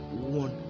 one